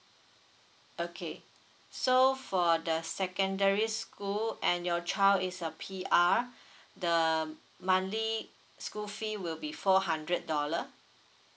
okay so for the secondary school and your child is a P_R the monthly school fee will be four hundred dollar